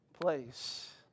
place